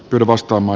pylvas tuoma